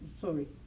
sorry